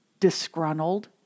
disgruntled